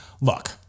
look